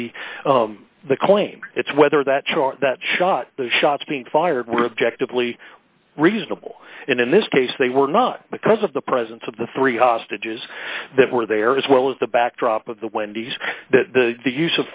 the the claim it's whether that chart that shot the shots being fired were objective lee reasonable and in this case they were not because of the presence of the three hostages that were there as well as the backdrop of the wendy's that the the use